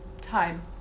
Time